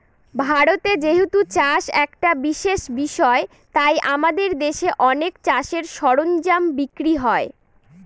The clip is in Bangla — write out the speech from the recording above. ভারতে যেহেতু চাষ একটা বিশেষ বিষয় তাই আমাদের দেশে অনেক চাষের সরঞ্জাম বিক্রি হয়